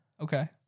Okay